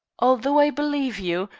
although i believe you,